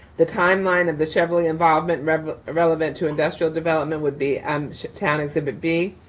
the timeline of the cheverly involvement relevant relevant to industrial development would be um town exhibit b.